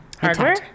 Hardware